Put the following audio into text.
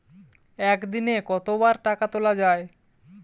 একদিনে কতবার টাকা তোলা য়ায়?